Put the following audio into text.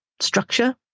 structure